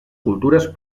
cultures